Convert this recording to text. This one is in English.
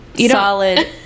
Solid